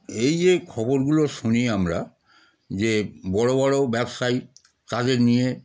এই যে খবরগুলো শুনি আমরা যে বড় বড় ব্যবসায়ী তাদের নিয়ে